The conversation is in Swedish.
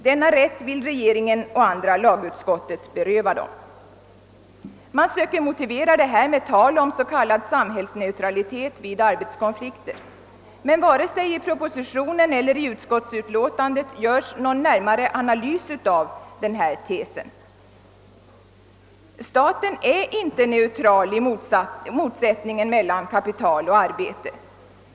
Denna rätt vill regeringen och andra lagutskottet beröva dem. Man söker motivera det med tal om s.k. samhällsneutralitet vid arbetskonflikter. Men varken i propositionen eller i utskottsutlåtandet görs någon närmare analys av denna tes. Staten är inte neutral i motsättningen mellan kapital och arbete.